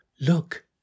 Look